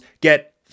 get